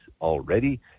already